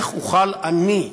איך אוכל אני,